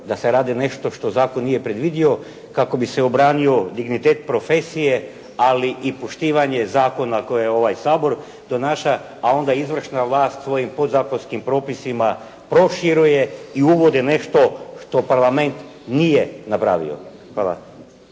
da se radi nešto što zakon nije predvidio kako bi se obranio dignitet profesije, ali i poštivanje zakona koje ovaj Sabor donaša, a onda izvršna vlast svojim podzakonskim propisima proširuje i uvode nešto što Parlament nije napravio. Hvala.